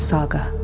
Saga